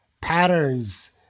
patterns